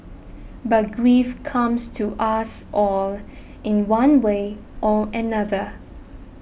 but grief comes to us all in one way or another